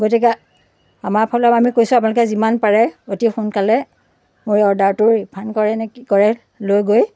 গতিকে আমাৰ ফালৰপৰা আমি কৈছোঁ আপোনালোকে যিমান পাৰে অতি সোনকালে মোৰ এই অৰ্ডাৰটো ৰিফাণ্ড কৰেনে কি কৰে লৈ গৈ